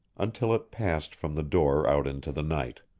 until it passed from the door out into the night.